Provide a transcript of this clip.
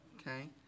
Okay